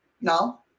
No